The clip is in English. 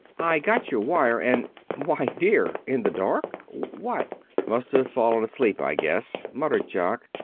i got your wire and why, dear! in the dark! what must have fallen asleep, i guess, muttered jock.